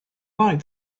like